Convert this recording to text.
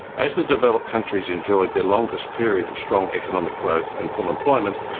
as the developed countries enjoyed their longest period of strong economic growth and full employment,